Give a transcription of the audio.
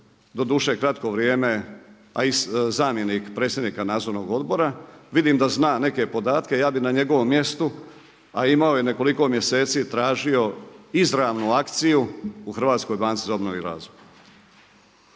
doduše kratko vrijeme, a i zamjenik predsjednika Nadzornog odbora, vidim da zna neke podatke. Ja bih na njegovom mjestu, a imao je nekoliko mjeseci tražio izravnu akciju u Hrvatskoj banci za obnovu i razvoj.